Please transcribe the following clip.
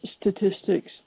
statistics